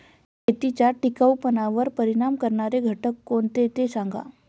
शेतीच्या टिकाऊपणावर परिणाम करणारे घटक कोणते ते सांगा